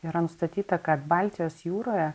yra nustatyta kad baltijos jūroje